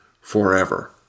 forever